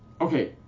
Okay